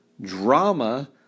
drama